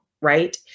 right